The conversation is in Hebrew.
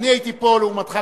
לעומתך,